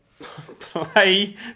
Play